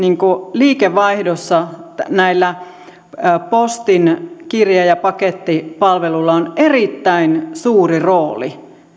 liikevaihdossa postin kirje ja pakettipalvelulla on erittäin suuri rooli